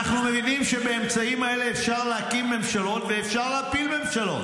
אנחנו מבינים שבאמצעים האלה אפשר להקים ממשלות ואפשר להפיל ממשלות,